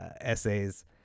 essays